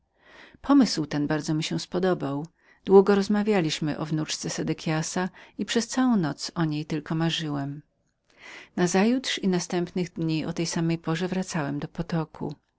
ta myśl bardzo mi się podobała długo o niej rozmawialiśmy i przez całą noc o niej tylko marzyłem nazajutrz i następnych dni o tej samej porze wracałem do potoku